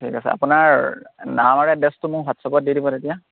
ঠিক আছে আপোনাৰ নাম আৰু এড্ৰেছটো মোক হোৱাটছএপত দি দিব এতিয়া